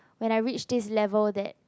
when I reach this level that